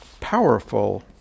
powerful